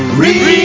read